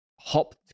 hop